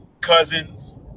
cousins